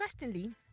Interestingly